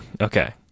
Okay